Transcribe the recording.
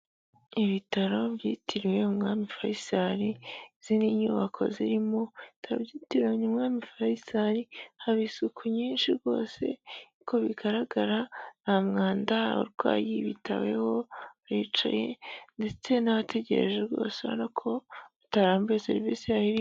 Ibitaro byitiriwe umwami Faisal, izi ni inyubako ziri mu bitaro byitiriwe umwami Faisal. Haba isuku nyinshi rwose, uko bigaragara nta mwanda. Abarwayi bitaweho, uricaye ndetse n'abategereje bose urabona ko utarambiwe serivisi yabo.